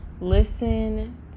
listen